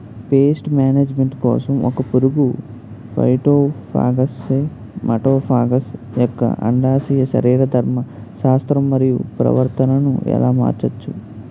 Paste management కోసం ఒక పురుగు ఫైటోఫాగస్హె మటోఫాగస్ యెక్క అండాశయ శరీరధర్మ శాస్త్రం మరియు ప్రవర్తనను ఎలా మార్చచ్చు?